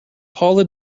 paula